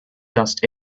dust